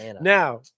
Now